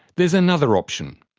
there's another option.